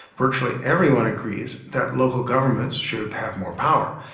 virtually everyone agrees that local governments should have more power,